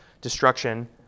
destruction